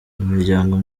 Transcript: imiryango